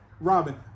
robin